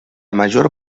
major